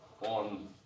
on